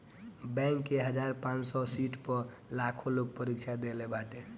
bank के हजार पांच सौ सीट पअ लाखो लोग परीक्षा देहले बाटे